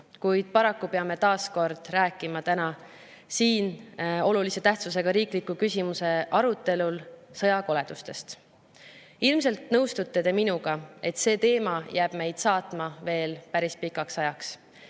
kuid paraku peame täna taas rääkima siin olulise tähtsusega riikliku küsimuse arutelul sõjakoledustest. Ilmselt nõustute minuga, et see teema jääb meid saatma veel päris pikaks ajaks.